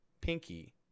pinky